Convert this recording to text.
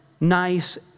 nice